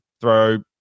throw